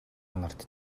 нарт